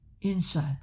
Inside